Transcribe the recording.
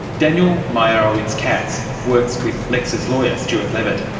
daniel meyerowitz-katz works with lex's lawyer stewart levitt.